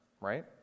right